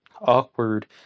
awkward